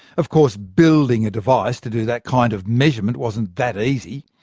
of course, building a device to do that kind of measurement wasn't that easy.